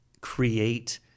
create